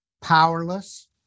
powerless